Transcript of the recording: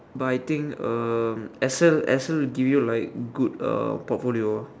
but I think um Excel Excel give you like good uh portfolio ah